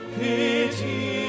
pity